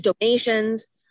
donations